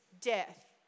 death